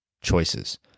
choices